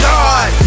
God